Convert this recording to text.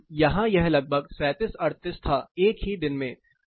जबकि यहाँ यह लगभग 37 38 था एक ही दिन में